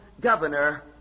governor